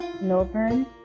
Milburn